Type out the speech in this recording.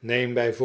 neem bijv